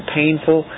painful